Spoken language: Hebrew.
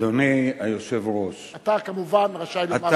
אדוני היושב-ראש אתה כמובן רשאי לומר,